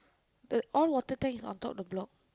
the all water tank is on top the block